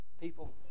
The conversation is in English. people